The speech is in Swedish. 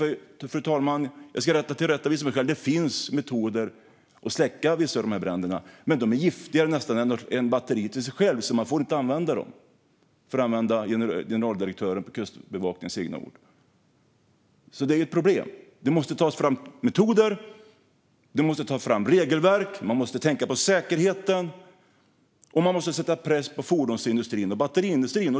Fru talman, jag ska tillrättavisa mig själv. Det finns metoder för att släcka vissa av de här bränderna. Men de är nästan giftigare än batteriet i sig självt så man får inte använda dem, för att använda Kustbevakningens generaldirektörs egna ord. Det här är ett problem. Det måste tas fram metoder och regelverk, och man måste tänka på säkerheten och sätta press på fordonsindustrin och batteriindustrin.